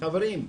חברים,